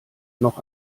noch